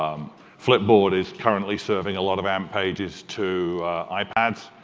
flipboard is currently serving a lot of amp pages to ipads,